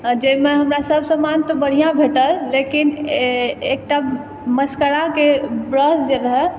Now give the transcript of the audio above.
जाहिमे हमरा सब समान तऽ बढ़िआँ भेटल लेकिन एकटा मशकराके ब्रश जे रहै